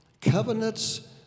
Covenant's